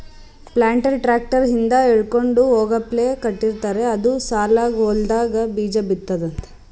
planter tractor ಹಿಂದ್ ಎಳ್ಕೊಂಡ್ ಹೋಗಪ್ಲೆ ಕಟ್ಟಿರ್ತಾರ್ ಅದು ಸಾಲಾಗ್ ಹೊಲ್ದಾಗ್ ಬೀಜಾ ಬಿತ್ತದ್